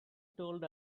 told